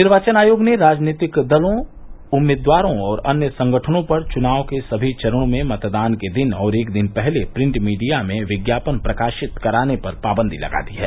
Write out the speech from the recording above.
निर्वाचन आयोग ने राजनीतिक दलों उम्मीदवारों और अन्य संगठनों पर चुनाव के सभी चरणों में मतदान के दिन और एक दिन पहले प्रिंट मीडिया में विज्ञापन प्रकाशित कराने पर पाबंदी लगा दी है